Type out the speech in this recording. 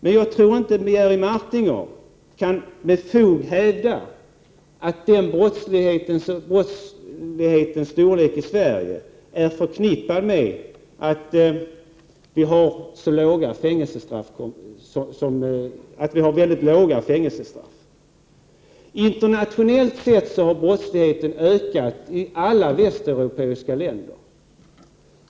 Men jag tror inte att Jerry Martinger med fog kan hävda att brottslighetens omfattning i Sverige är förknippad med att vi har mycket låga fängelsestraff. Brottsligheten har ökat i alla västeuropeiska länder.